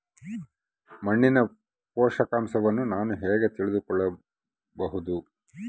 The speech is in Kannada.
ಮಣ್ಣಿನ ಪೋಷಕಾಂಶವನ್ನು ನಾನು ಹೇಗೆ ತಿಳಿದುಕೊಳ್ಳಬಹುದು?